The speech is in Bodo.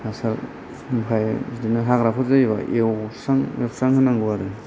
हासार आमफ्राय बिदिनो हाग्राफोर जायोब्ला एवस्रां एवस्रां होनांगौ आरो